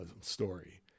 story